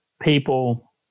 people